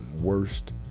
worst